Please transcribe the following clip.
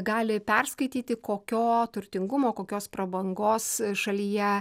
gali perskaityti kokio turtingumo kokios prabangos šalyje